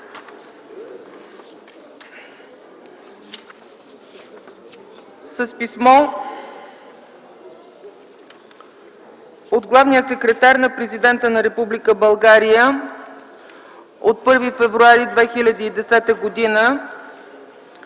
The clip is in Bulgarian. С писмо от главния секретар на Президента на Република България от 1 февруари 2010 г.